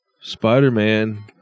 spider-man